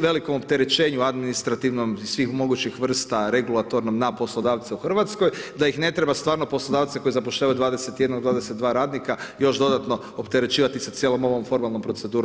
velikom opterećenju administrativnom i svih mogućih vrsta regulatornom na poslodavce u Hrvatskoj da ih ne treba stvarno poslodavce koji zapošljavaju 21, 22 radnika još dodatno opterećivati sa cijelom ovom formalnom procedurom